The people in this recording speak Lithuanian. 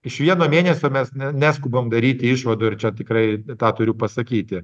iš vieno mėnesio mes ne neskubam daryti išvadų ir čia tikrai tą turiu pasakyti